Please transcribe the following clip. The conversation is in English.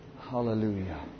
Hallelujah